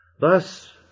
Thus